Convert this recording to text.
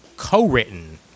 co-written